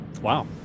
Wow